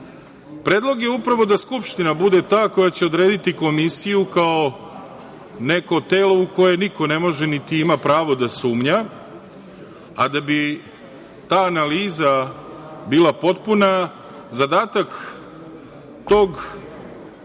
je upravo da Skupština bude ta koja će odrediti komisiju kao neko telo u koje niko ne može niti ima pravo da sumnja, a da bi ta analiza bila potpuna, zadatak te